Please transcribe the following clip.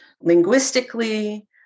linguistically